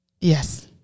Yes